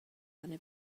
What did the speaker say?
خانه